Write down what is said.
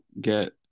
get